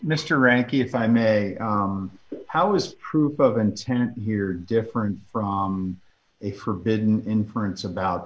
mr rankin if i may how is proof of intent here different from a forbidden inference about